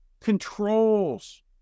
controls